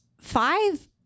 five